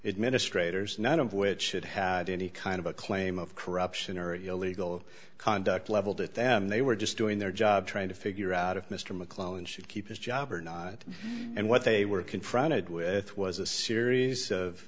it ministre there's none of which had had any kind of a claim of corruption or illegal conduct leveled at them they were just doing their job trying to figure out if mr mcclellan should keep his job or not and what they were confronted with was a series of